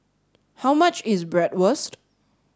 how much is Bratwurst